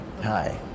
Hi